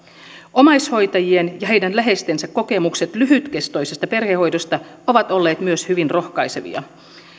omaishoitajien ja heidän läheistensä kokemukset lyhytkestoisesta perhehoidosta ovat olleet hyvin rohkaisevia